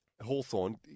Hawthorne